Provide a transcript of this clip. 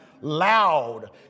Loud